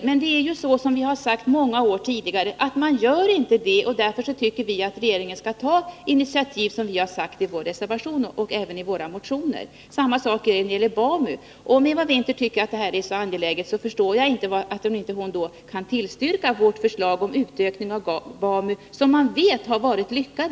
Som vi har framhållit under många år, bedrivs inte verksamhet av detta slag, och därför tycker vi att regeringen skall ta de initiativ som vi har föreslagit i reservationen på denna punkt och även i våra motioner. Samma sak gäller BAMU. Om nu Eva Winther tycker att det här är så angeläget, förstår jag inte att hon inte kan tillstyrka vårt förslag om utökning av BAMU -— en verksamhet som man vet har varit lyckad.